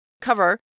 cover